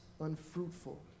Unfruitful